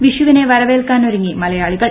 വിഷുവിനെ വരവേൽക്കാനൊരുങ്ങി മലയാളികൾ